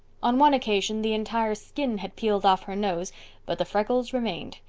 on one occasion the entire skin had peeled off her nose but the freckles remained.